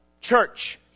church